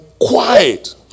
quiet